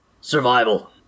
survival